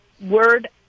word